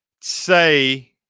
say